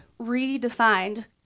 redefined